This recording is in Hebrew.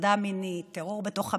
הטרדה מינית, טרור בתוך המשפחה,